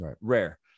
rare